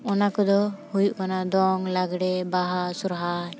ᱚᱱᱟ ᱠᱚᱫᱚ ᱦᱩᱭᱩᱜ ᱠᱟᱱᱟ ᱫᱚᱝ ᱞᱟᱜᱽᱲᱮ ᱵᱟᱦᱟ ᱥᱚᱦᱚᱨᱟᱭ